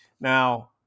Now